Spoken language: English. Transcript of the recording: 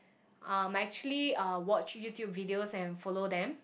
um I actually uh watch YouTube videos and follow them